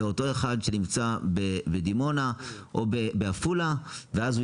לאותו אחד שנמצא בדימונה או בעפולה ואז הוא